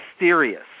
mysterious